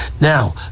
Now